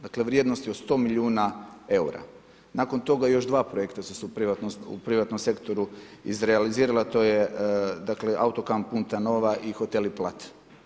Dakle, vrijednost je od 100 milijuna eura, nakon toga još dva projekta su se u privatnom sektoru izrealizirala, to je autokamp Punta Nova i hoteli Plat.